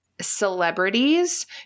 celebrities